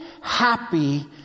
happy